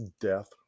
death